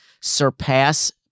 surpass